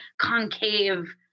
concave